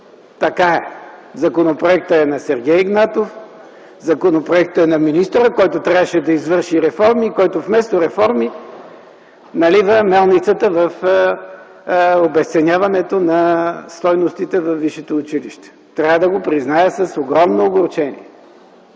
Така е, законопроектът е на Сергей Игнатов, законопроектът е на министъра, който трябваше да извърши реформи и който вместо реформи налива мелницата в обезценяването на стойностите във висшето училище. Трябва да го призная с огромно огорчение.